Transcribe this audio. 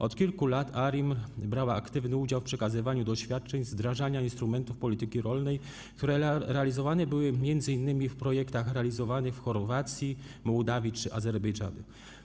Od kilku lat ARiMR brała aktywny udział w przekazywaniu doświadczeń z wdrażania instrumentów polityki rolnej, które wykorzystywane były m.in. w projektach realizowanych w Chorwacji, Mołdawii czy Azerbejdżanie.